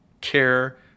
care